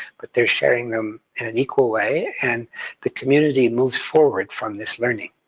but they're sharing them in an equal way, and the community moves forward from this learning.